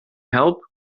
help